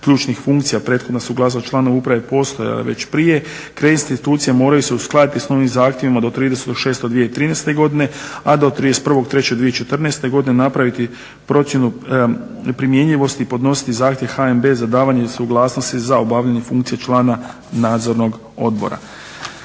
davanje suglasnosti za obavljanje funkcije člana nadzornog odbora.